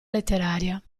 letteraria